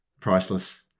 priceless